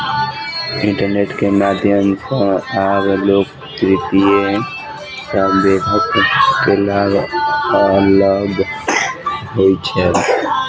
internet के माध्यम सॅ आब लोक वित्तीय समावेश के लाभ लअ सकै छैथ